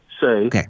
say